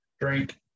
drink